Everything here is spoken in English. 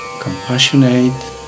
compassionate